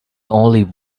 only